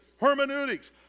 hermeneutics